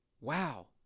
Wow